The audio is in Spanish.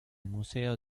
museo